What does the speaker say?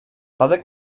tadek